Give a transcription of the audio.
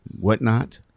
whatnot